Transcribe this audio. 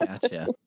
Gotcha